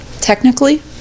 technically